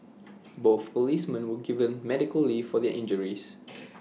both policemen were given medical leave for their injuries